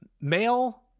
male